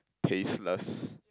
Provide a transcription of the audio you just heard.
tasteless